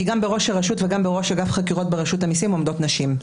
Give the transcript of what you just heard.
כי גם בראש הרשות וגם בראש אגף חקירות ברשות המיסים עומדות נשים.